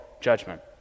judgment